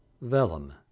Vellum